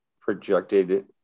projected